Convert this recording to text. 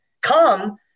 come